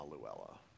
Luella